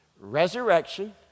resurrection